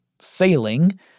sailing